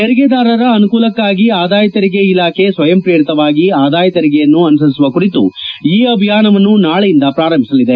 ತೆರಿಗೆದಾರರ ಅನುಕೂಲಕ್ಷಾಗಿ ಆದಾಯ ತೆರಿಗೆ ಇಲಾಖೆ ಸ್ವಯಂಪ್ರೇರಿತವಾಗಿ ಆದಾಯ ತೆರಿಗೆಯನ್ನು ಅನುಸರಿಸುವ ಕುರಿತು ಇ ಅಭಿಯಾನವನ್ನು ನಾಳೆಯಿಂದ ಪ್ರಾರಂಭಿಸಲಿದೆ